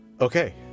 okay